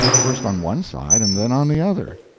first on one side and then on the other,